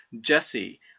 Jesse